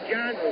John